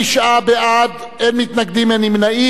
29 בעד, אין מתנגדים, אין נמנעים.